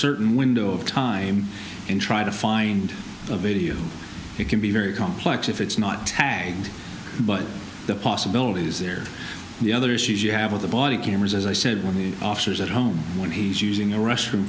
certain window of time and try to find a video it can be very complex if it's not tagged but the possibilities there the other issues you have with the body cameras as i said when the officers at home when using a restroom